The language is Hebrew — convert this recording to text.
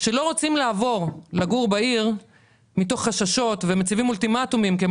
שלא רוצים לגור בעיר מתוך חששות ומציבים אולטימטומים כי הם